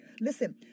Listen